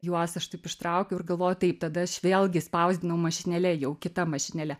juos aš taip ištraukiu ir galvoju taip tada aš vėlgi spausdinau mašinėle jau kita mašinėle